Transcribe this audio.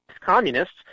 communists